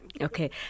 Okay